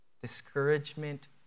Discouragement